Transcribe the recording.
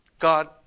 God